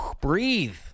breathe